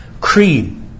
Creed